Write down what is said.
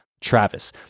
Travis